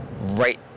right